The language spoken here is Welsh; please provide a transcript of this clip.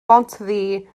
bontddu